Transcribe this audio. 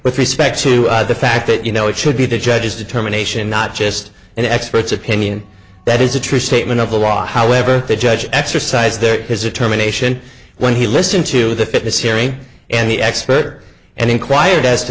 with respect to the fact that you know it should be the judge's determination not just an expert's opinion that is a true statement of the law however the judge exercised their his or terminations when he listened to the fitness hearing and the expert and inquired as to